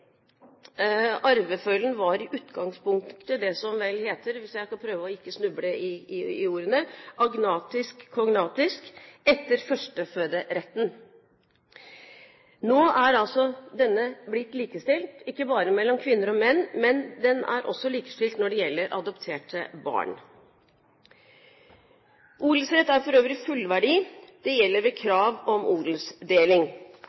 Arvefølgen var i utgangspunktet det som vel heter – jeg får prøve ikke å snuble i ordene – agnatisk-kognatisk etter førstefødteretten. Nå er altså denne blitt likestilt, ikke bare mellom kvinner og menn, men den er også likestilt når det gjelder adopterte barn. Odelsrett er for øvrig fullverdi – det gjelder ved